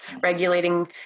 regulating